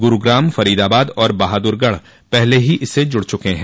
गुरूग्राम फरीदाबाद और बहादुरगढ़ पहले ही इस से जुड़ चुके हैं